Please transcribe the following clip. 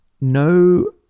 no